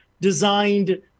designed